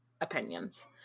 opinions